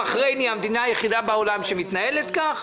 בחריין היא המדינה היחידה בעולם שמתנהלת כך.